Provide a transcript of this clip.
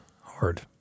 hard